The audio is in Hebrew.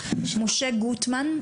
משה גוטמן,